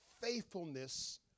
faithfulness